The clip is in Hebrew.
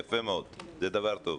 יפה מאוד, זה דבר טוב.